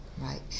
Right